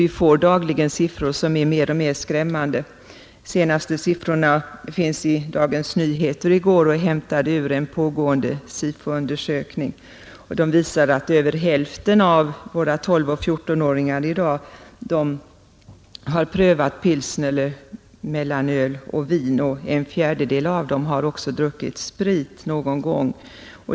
Vi får dagligen siffror som blir mer och mer skrämmande. De senaste siffrorna finns i DN för i går och är hämtade ur en pågående SIFO-undersökning. De visar att över hälften av våra 12—14-åringar i dag har prövat pilsner eller mellanöl och 57 vin. En fjärdedel av dem har också druckit sprit någon gång.